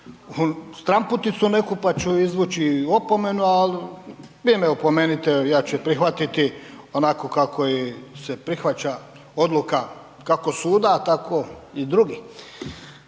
stranputicu neku, pa ću izvući opomenu, al vi me opomenite, ja ću je prihvatiti onako kako se i prihvaća odluka kako suda tako i drugi.